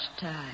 time